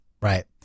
right